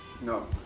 No